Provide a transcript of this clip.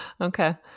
okay